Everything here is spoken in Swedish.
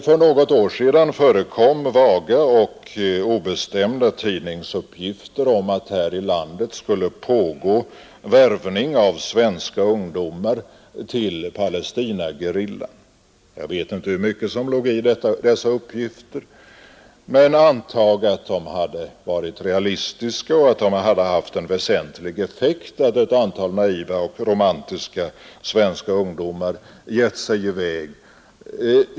För något år sedan förekom vaga och obestämda tidningsuppgifter om att här i landet skulle pågå värvning av svenska ungdomar till Palestinagerillan. Jag vet inte hur mycket som låg i dessa uppgifter. Men antag att de hade varit realistiska och att värvningen hade haft en väsentlig effekt, så att ett antal naiva och romantiska svenska ungdomar givit sig i väg.